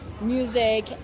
music